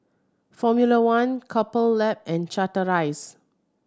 Formula One Couple Lab and Chateraise